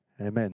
Amen